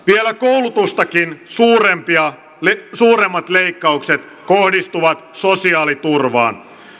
vielä koulutustakin suuremmat leikkaukset kohdistuvat sosiaaliturvaan